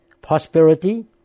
prosperity